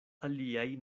aliaj